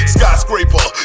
Skyscraper